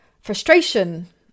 frustration